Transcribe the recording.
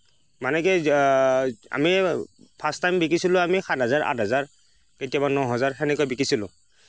মানে কি আমি ফাষ্ট টাইম বিকিছিলোঁ আমি সাত হেজাৰ আঠ হেজাৰ কেতিয়াবা ন হেজাৰ সেনেকৈ বিকিছিলোঁ